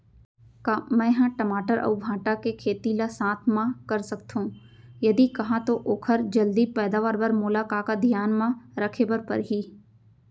का मै ह टमाटर अऊ भांटा के खेती ला साथ मा कर सकथो, यदि कहाँ तो ओखर जलदी पैदावार बर मोला का का धियान मा रखे बर परही?